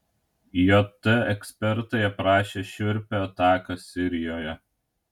jt ekspertai aprašė šiurpią ataką sirijoje